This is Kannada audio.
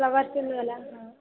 ಫ್ಲವರ್ಸಲ್ಲೂ ಎಲ್ಲ ಹಾಂ ಹಾಂ ರೀ